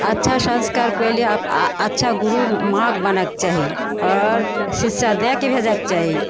अच्छा सँस्कार पहिले आप अच्छा गुरु माँके बनैके चाही आओर शिक्षा दैके भेजैके चाही